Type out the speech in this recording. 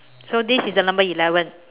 so this is the number eleven